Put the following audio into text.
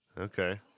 Okay